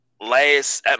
last